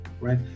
right